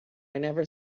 never